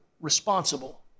responsible